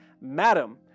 madam